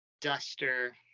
duster